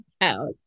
out